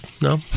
No